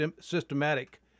systematic